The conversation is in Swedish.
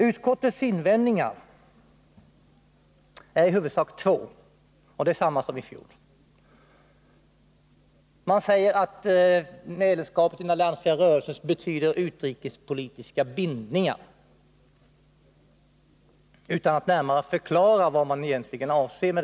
Utskottets invändningar är i huvudsak två, och desamma som i fjol. Man anför, utan att närmare förklara vad man egentligen avser med detta, att medlemskapet i den alliansfria rörelsen skulle betyda utrikespolitiska bindningar.